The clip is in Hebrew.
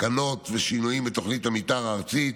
תקנות ושינויים בתוכנית המתאר הארצית,